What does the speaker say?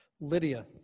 Lydia